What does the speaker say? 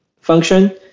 function